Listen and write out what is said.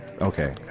Okay